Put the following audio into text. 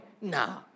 Nah